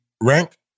Rank